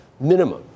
Minimum